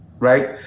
right